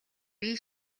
бие